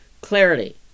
Clarity